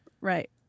Right